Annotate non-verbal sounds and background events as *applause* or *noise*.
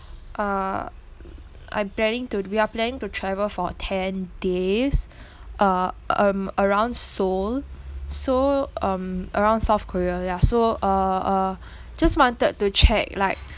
uh I'm planning to do we are planning to travel for a ten days *breath* uh um around seoul so um around south korea ya so uh uh *breath* just wanted to check like